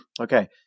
Okay